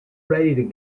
ready